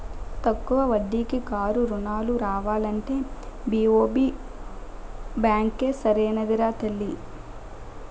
తక్కువ వడ్డీకి కారు రుణాలు కావాలంటే బి.ఓ.బి బాంకే సరైనదిరా తల్లీ